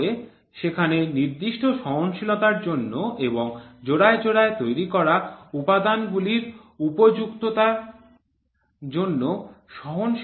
তারপরে সেখানে নির্দিষ্ট সহনশীলতার জন্য এবং জোড়ায় জোড়ায় তৈরি করা উপাদান গুলির উপযুক্ততার জন্য সহনশীলতার প্রতীক রয়েছে